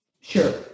Sure